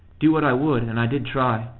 do what i would, and i did try.